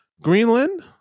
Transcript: Greenland